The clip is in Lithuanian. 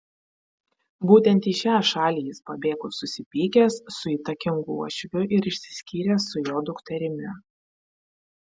būtent į šią šalį jis pabėgo susipykęs su įtakingu uošviu ir išsiskyręs su jo dukterimi